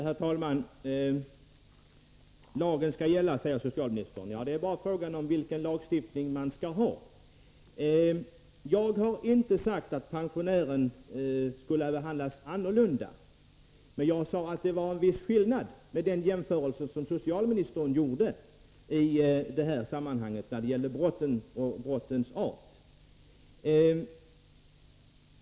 Herr talman! Lagen skall gälla, säger socialministern. Det är bara fråga om vilken lagstiftning man skall ha. Jag har inte sagt att pensionären skulle behandlas annorlunda. Däremot sade jag att det i den jämförelse som socialministern i detta sammanhang gjorde var en viss skillnad när det gällde brotten och brottens art.